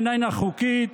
איננה חוקית,